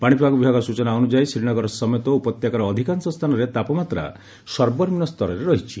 ପାଣିପାଗ ବିଭାଗ ସ୍ଟୁଚନା ଅନୁଯାୟୀ ଶ୍ରୀନଗର ସମେତ ଉପତ୍ୟକାର ଅଧିକାଂଶ ସ୍ଥାନରେ ତାପମାତ୍ରା ସର୍ବନିମ୍ମ ସ୍ତରରେ ରହିଛି